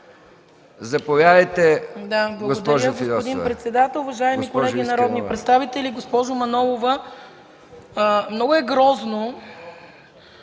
Заповядайте, госпожо Фидосова,